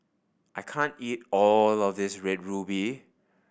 I can't eat all of this Red Ruby